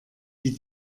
die